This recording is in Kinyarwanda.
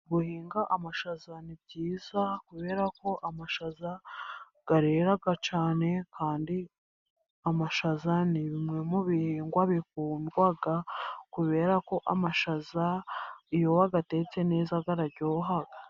Guhinga amashaza ni byiza, kubera ko amashaza arera cyane, kandi amashaza ni bimwe mu bihingwa bikundwa, kubera ko amashaza iyo wayatetse neza araryoha.